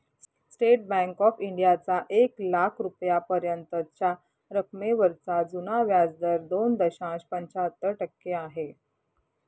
state Bank of इंडियाचा एक लाख रुपयांपर्यंतच्या रकमेवरचा जुना व्याजदर दोन दशांश पंच्याहत्तर टक्के आहे